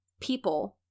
people